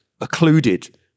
occluded